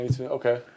Okay